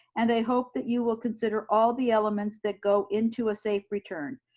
and i hope that you will consider all the elements that go into a safe return.